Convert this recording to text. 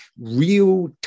real